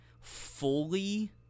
fully